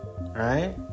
Right